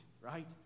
right